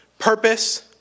purpose